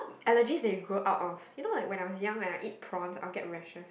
allergic that's you grow up of you know like when I was young when I eat prawn I will get reaction